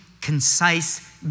concise